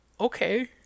okay